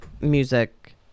music